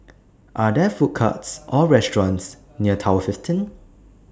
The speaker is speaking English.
Are There Food Courts Or restaurants near Tower fifteen